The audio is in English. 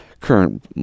current